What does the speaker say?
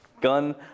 gun